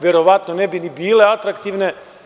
Verovatno ne bi ni bile atraktivne.